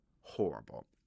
horrible